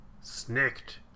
snicked